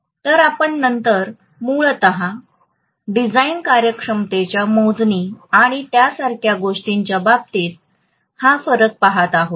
तर आपण नंतर मूलतः डिझाइन कार्यक्षमतेच्या मोजणी आणि त्यासारख्या गोष्टींच्या बाबतीत हा फरक पाहत आहोत